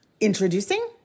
Introducing